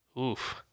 Oof